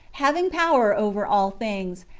having power over all things,